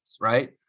right